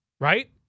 Right